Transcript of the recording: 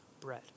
Bread